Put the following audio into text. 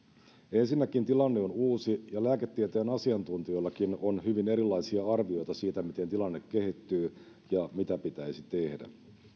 ensinnäkin tilanne on uusi ja lääketieteen asiantuntijoillakin on hyvin erilaisia arvioita siitä miten tilanne kehittyy ja mitä pitäisi tehdä